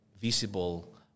visible